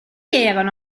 erano